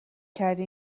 کردی